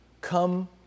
come